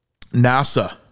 NASA